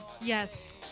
Yes